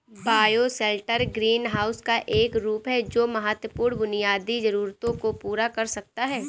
bioshelter greenhouse का एक रूप है जो महत्वपूर्ण बुनियादी जरूरतों को पूरा कर सकता है